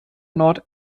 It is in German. nord